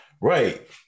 Right